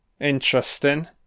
Interesting